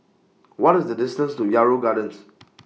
What IS The distance to Yarrow Gardens